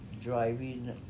driving